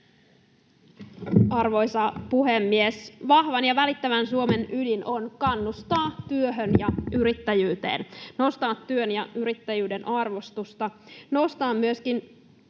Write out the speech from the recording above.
Arvoisa puhemies! Vahvan ja välittävän Suomen ydin on kannustaa työhön ja yrittäjyyteen, nostaa työn ja yrittäjyyden arvostusta, nostaa myöskin